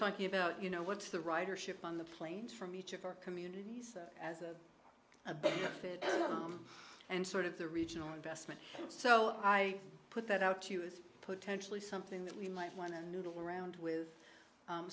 talking about you know what's the ridership on the planes from each of our communities as a benefit and sort of the regional investment so i put that out to you is potentially something that we might want to noodle around with